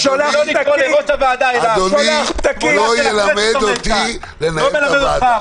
הוא שולח פתקים --- אדוני לא ילמד אותי לנהל את הוועדה.